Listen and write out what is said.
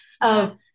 of-